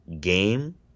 game